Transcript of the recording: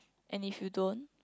and if you don't